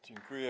Dziękuję.